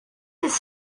his